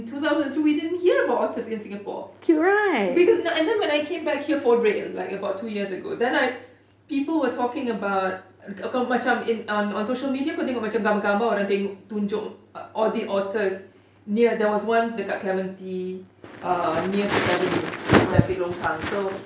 two thousand so we did not hear about otters in singapore because and then when I came back here for a break like about two years ago then I people were talking about macam on social media pun tengok gambar-gambar orang tunjuk all the otters knew there was once kat clementi uh near sixth avenue that big longkang